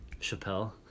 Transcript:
Chappelle